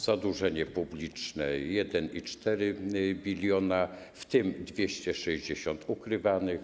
Zadłużenie publiczne - 1,4 bln, w tym 260 ukrywanych.